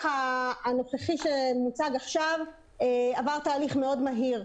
הנוכחי שמוצג עכשיו עבר תהליך מאוד מהיר.